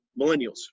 millennials